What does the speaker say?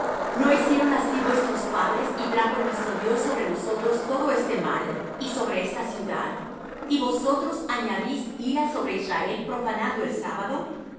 no hicieron así vuestros padres y trajo nuestro dios sobre nosotros todo este mal y sobre esta ciudad y vosotros añadís ira sobre israel profanando el sábado